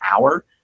hour